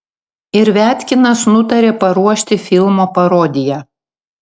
ir viatkinas nutarė paruošti filmo parodiją